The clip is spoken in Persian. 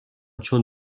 چون